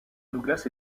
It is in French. douglas